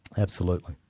absolutely.